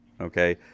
okay